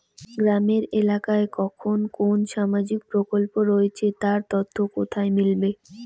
গ্রামের এলাকায় কখন কোন সামাজিক প্রকল্প রয়েছে তার তথ্য কোথায় মিলবে?